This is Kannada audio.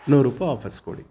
ನೂರು ರೂಪಾಯಿ ವಾಪಸ್ಸು ಕೊಡಿ